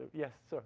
yes,